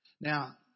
Now